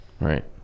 Right